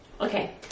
Okay